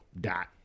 dot